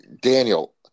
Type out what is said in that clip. Daniel